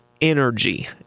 energy